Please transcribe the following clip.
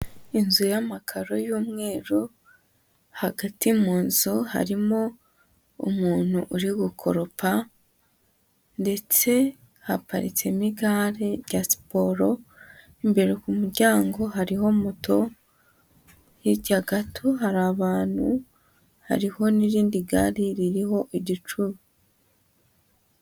Inzu y'amakaro y'umweru, hagati mu nzu harimo umuntu uri gukoropa ndetse haparitsemo igare rya siporo, imbere ku muryango hariho moto, hirya gato hari abantu, hariho n'iindi gare ririho igicuba.